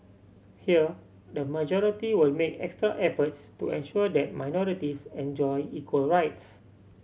here the majority will make extra efforts to ensure that minorities enjoy equal rights